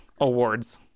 Awards